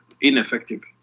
ineffective